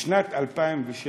בשנת 2016